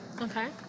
Okay